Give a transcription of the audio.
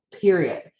period